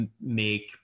make